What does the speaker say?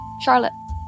Charlotte